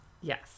yes